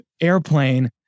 Airplane